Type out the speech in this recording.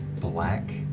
black